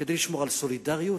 כדי לשמור על סולידריות,